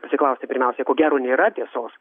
pasiklausti pirmiausiai ko gero nėra tiesos